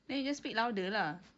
then you just speak louder lah